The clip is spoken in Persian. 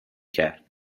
کرد